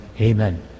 Amen